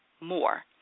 more